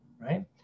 right